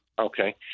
Okay